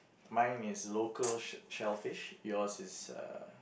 mine is local sh~ shellfish yours is uh